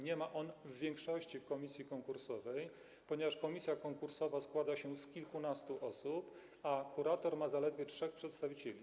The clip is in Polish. Nie ma on większości w komisji konkursowej, ponieważ komisja konkursowa składa się z kilkunastu osób, a kurator ma zaledwie trzech przedstawicieli.